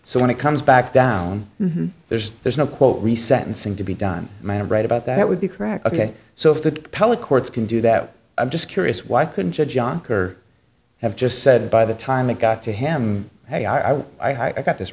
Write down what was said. so when it comes back down there's there's no quote re sentencing to be done right about that would be correct ok so if the appellate courts can do that i'm just curious why couldn't judge ocker have just said by the time it got to him hey i will i got this